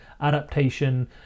adaptation